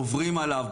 עוברים עליו,